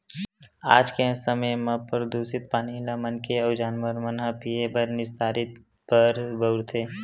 आज के समे म परदूसित पानी ल मनखे अउ जानवर मन ह पीए बर, निस्तारी बर बउरथे